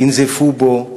ינזפו בו,